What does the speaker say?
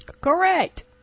correct